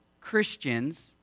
Christians